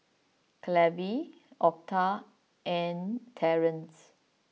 Clevie Octa and Terence